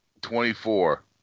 twenty-four